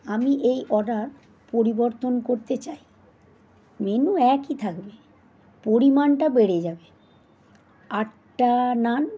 আমি এই অর্ডার পরিবর্তন করতে চাই মেনু একই থাকবে পরিমাণটা বেড়ে যাবে আটটা নান